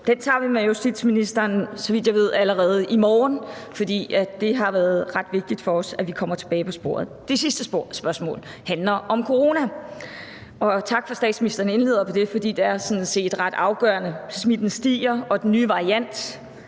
Den tager vi med justitsministeren, så vidt jeg ved allerede i morgen, for det har været ret vigtigt for os, at man kommer tilbage på sporet. Det sidste spørgsmål handler om corona, og tak, fordi statsministeren indledte med det, for det er sådan set ret afgørende. Smitten stiger, og den nye variant,